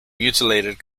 mutilated